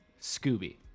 Scooby